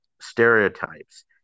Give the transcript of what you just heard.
stereotypes